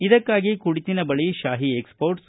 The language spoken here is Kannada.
ಇದಕ್ಕಾಗಿ ಕುಡಿತಿನಿ ಬಳಿ ಪಾಹಿ ಎಕ್ಸೆಪೋರ್ಟ್ಸ್